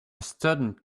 student